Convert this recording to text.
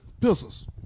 pistols